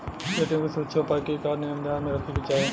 ATM के सुरक्षा उपाय के का का नियम ध्यान में रखे के चाहीं?